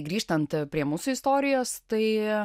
grįžtant prie mūsų istorijos tai